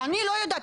אני לא יודעת,